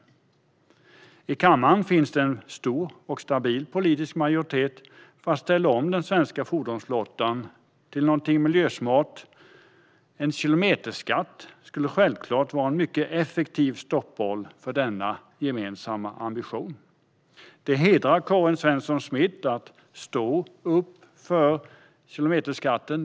I kammaren finns det en stor och stabil politisk majoritet för att ställa om den svenska fordonsflottan till något miljösmart. En kilometerskatt skulle självklart vara en mycket effektiv stoppkloss för denna gemensamma ambition. Det hedrar Karin Svensson Smith att hon står upp för kilometerskatten.